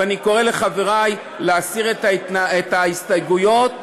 אני קורא לחברי להסיר את ההסתייגויות.